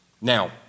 Now